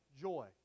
joy